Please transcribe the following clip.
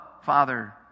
Father